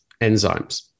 enzymes